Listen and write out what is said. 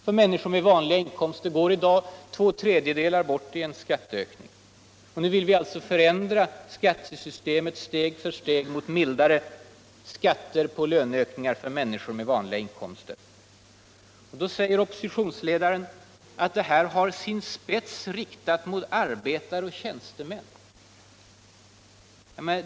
För människor med vanliga inkomster går i dag två tredjedelar av en lönehöjning bort i skatteökning. Nu vill vi förändra skattesystemet steg för steg mot mildare skatter på löneökningar för människor med vanliga inkomster. Då säger oppositionsledaren att detta har sin spets riktad mot arbetare och tjänstemin.